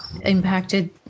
impacted